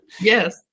Yes